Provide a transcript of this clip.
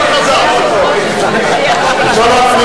הצעת סיעות העבודה מרצ להביע אי-אמון בממשלה לא נתקבלה.